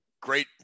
great